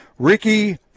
Ricky